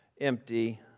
empty